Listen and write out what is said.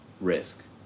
risk